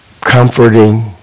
Comforting